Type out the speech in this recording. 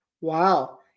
Wow